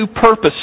purpose